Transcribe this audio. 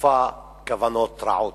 רצופה כוונות רעות.